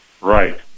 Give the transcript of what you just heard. right